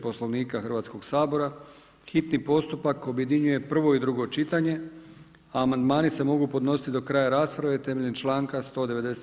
Poslovnika Hrvatskog sabora hitni postupak objedinjuje prvo i drugo čitanje, a amandmani se mogu podnositi do kraja rasprave temeljem članka 197.